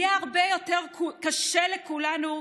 יהיה הרבה יותר קשה לכולנו,